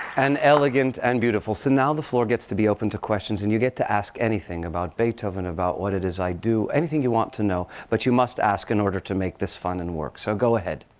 and elegant and beautiful so now the floor gets to be open to questions. and you get to ask anything about beethoven, about what it is i do, anything you want to know. but you must ask, in order to make this fun and work. so go ahead.